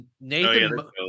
Nathan